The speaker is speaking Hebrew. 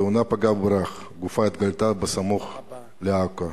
תאונת פגע וברח: גופה התגלתה בסמוך לעכו,